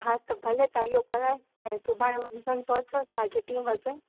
हा त भले तव्हां इहो कराइ ऐं सुभाणे मंझंदि जो अचो साढी टी बजे